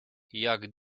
jak